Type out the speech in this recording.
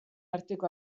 arteko